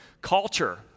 culture